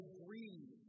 breathe